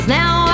now